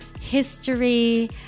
history